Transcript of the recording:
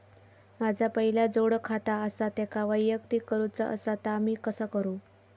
माझा पहिला जोडखाता आसा त्याका वैयक्तिक करूचा असा ता मी कसा करू?